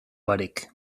barik